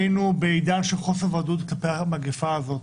היינו בעידן של חוסר ודאות כלפי המגפה הזאת.